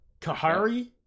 Kahari